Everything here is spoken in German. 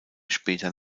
später